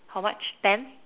how much ten